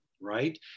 right